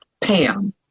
Pam